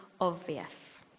obvious